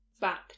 back